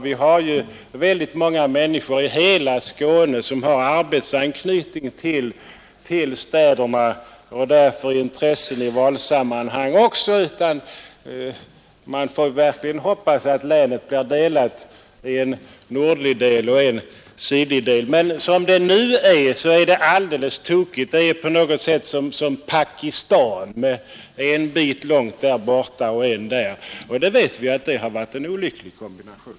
Vi har många människor i hela Skåne som har arbetsanknytning till städerna och därför även intressen därtill i valsammanhang. Fördenskull vore det bättre att länet delades i en sydlig och en nordlig del. Men som det nu är ordnat, är det alldeles tokigt. Det är som ett Pakistan med en bit här och en bit där, och vi vet ju att det visat sig vara en olycklig konstruktion.